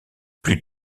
plus